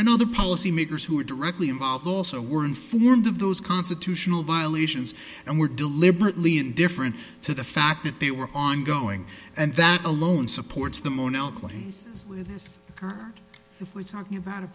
and other policy makers who were directly involved also were informed of those constitutional violations and were deliberately indifferent to the fact that they were ongoing and that alone supports the claims are we talking about a